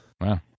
Wow